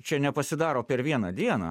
čia nepasidaro per vieną dieną